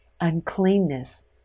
uncleanness